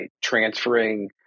transferring